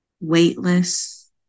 weightless